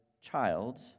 child